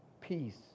Peace